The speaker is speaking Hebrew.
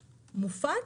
מופץ,